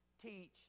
teach